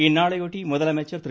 இந்நாளையொட்டி முதலமைச்சர் திரு